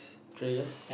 three years